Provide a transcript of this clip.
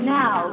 now